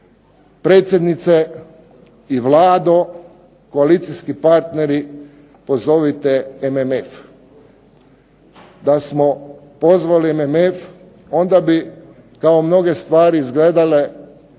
predsjednice i Vlado, koalicijski partneri pozovite MMF. Da smo pozvali MMF onda bi kao mnoge stvari izgledale